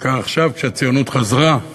בעיקר עכשיו, כשהציונות חזרה,